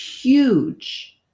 huge